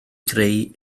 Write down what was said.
greu